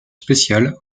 spéciale